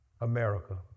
America